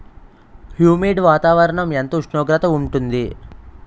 Humid వాతావరణం ఎంత ఉష్ణోగ్రత ఉంటుంది?